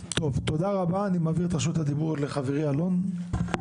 תודה רבה אני מעביר את רשות הדיבור לחברי חבר הכנסת אלון שוסטר.